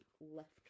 left